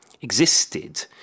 existed